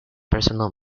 personal